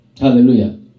Hallelujah